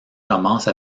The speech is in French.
commence